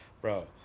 bro